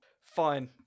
Fine